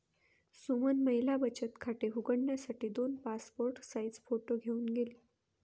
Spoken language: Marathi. सुमन महिला बचत खाते उघडण्यासाठी दोन पासपोर्ट साइज फोटो घेऊन गेली